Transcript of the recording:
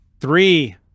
Three